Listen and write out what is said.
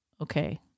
Okay